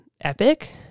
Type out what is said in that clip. Epic